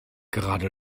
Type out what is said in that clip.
gerade